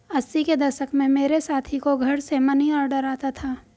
अस्सी के दशक में मेरे साथी को घर से मनीऑर्डर आता था